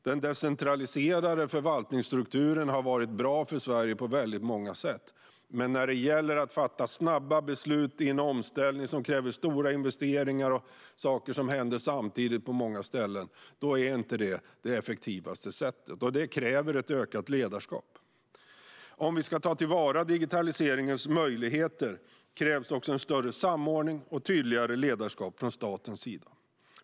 Den decentraliserade förvaltningsstrukturen har varit bra för Sverige på många sätt, men när det gäller att fatta snabba beslut i en omställning som kräver stora investeringar och där saker händer samtidigt på många ställen är det inte det effektivaste sättet. Det kräver också ett ökat ledarskap. Om vi ska ta till vara digitaliseringens möjligheter krävs en större samordning och ett tydligare ledarskap från statens sida.